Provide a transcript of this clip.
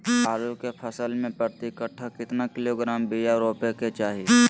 आलू के फसल में प्रति कट्ठा कितना किलोग्राम बिया रोपे के चाहि?